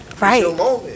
Right